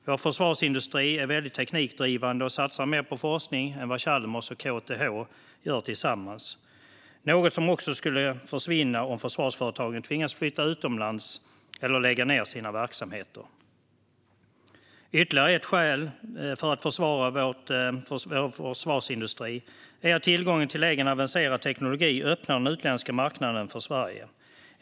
Vår försvarsindustri är väldigt teknikdrivande och satsar mer på forskning än vad Chalmers och KTH gör tillsammans - något som skulle försvinna om försvarsföretagen tvingades flytta utomlands eller lägga ned sina verksamheter. Ytterligare ett skäl att skydda vår försvarsindustri är att tillgången till egen avancerad teknologi öppnar den utländska marknaden för Sverige.